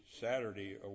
Saturday